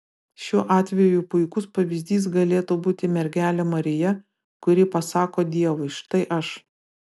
šiuo atveju puikus pavyzdys galėtų būti mergelė marija kuri pasako dievui štai aš